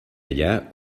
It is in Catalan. allà